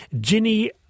Jenny